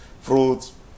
fruits